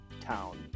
town